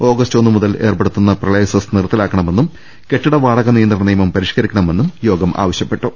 August ഒന്നു മുതൽ ഏർപ്പെടുത്തുന്ന പ്രളയ സെസ് നിർത്തലാക്കണമെന്നും കെട്ടിട വാടക നിയന്ത്രണ നിയമം പരിഷ്ക രിക്കണമെന്നും യോഗം ആവശ്യപ്പെട്ടു